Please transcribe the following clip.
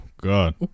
God